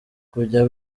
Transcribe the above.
kujya